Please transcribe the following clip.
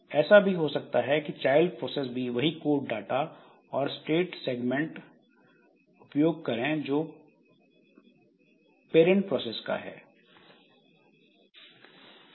ऐसा भी हो सकता है कि चाइल्ड प्रोसेस भी वही कोड डाटा और स्टैक सेगमेंट उपयोग करें जो पैरेंट प्रोसेस का है